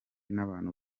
n’abantu